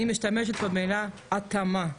אני משתמשת במילה התאמה,